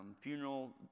funeral